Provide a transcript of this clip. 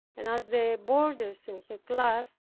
and as the boarders in her class,